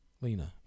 Lena